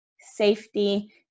safety